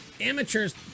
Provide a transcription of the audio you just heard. amateurs